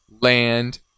land